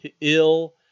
ill